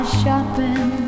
shopping